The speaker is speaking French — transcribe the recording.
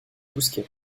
bousquet